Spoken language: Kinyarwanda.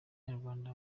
nyarwanda